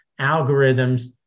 algorithms